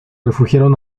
refugiaron